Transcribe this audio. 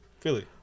Philly